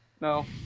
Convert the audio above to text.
No